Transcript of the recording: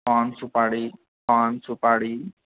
पान सुपारी पान सुपारी